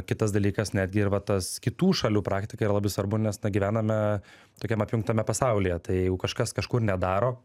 kitas dalykas netgi ir va tas kitų šalių praktika yra labai svarbu nes na gyvename tokiam apjungtame pasaulyje tai jeigu kažkas kažkur nedaro